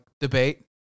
debate